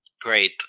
Great